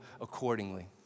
accordingly